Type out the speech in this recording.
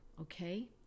okay